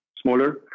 smaller